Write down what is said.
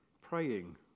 Praying